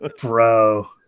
Bro